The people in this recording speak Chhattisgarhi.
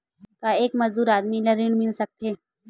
का एक मजदूर आदमी ल ऋण मिल सकथे?